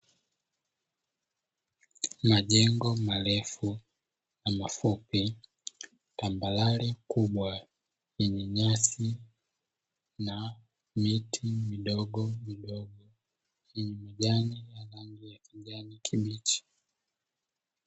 Majengo marefu na mafupi, tambarare kubwa yenye nyasi na miti midogo midogo yenye majani ya rangi ya kijani kibichi.